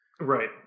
Right